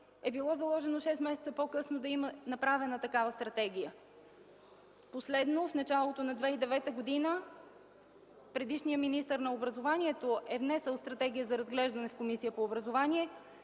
е било заложено шест месеца по-късно да има направена такава стратегия. Последно в началото на 2009 г. предишният министър на образованието е внесъл стратегия за разглеждане в Комисията по образование.